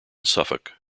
suffolk